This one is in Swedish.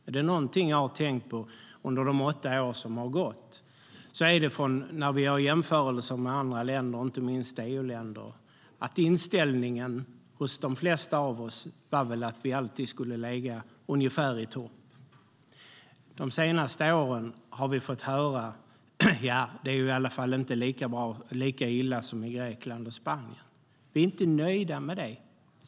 Är det någonting jag har tänkt på under de åtta år som har gått är det att inställningen hos de flesta av oss väl var att vi vid jämförelser med andra länder, inte minst EU-länder, skulle ligga ungefär i topp. De senaste åren har vi dock fått höra: Ja, det är i alla fall inte lika illa som i Grekland och Spanien.Vi är inte nöjda med det.